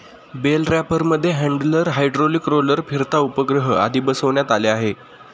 bell रॅपरमध्ये handler, hydraulic roller, फिरता उपग्रह आदी बसवण्यात आले आहे